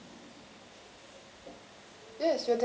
ya